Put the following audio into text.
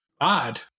odd